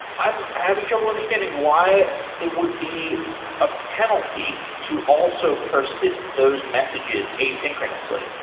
i'm having trouble understanding why it would be a penalty to also persist those messages asynchronously?